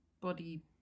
Body